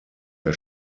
der